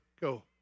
Go